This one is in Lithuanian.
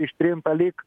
ištrinta lyg